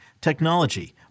technology